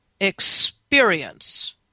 experience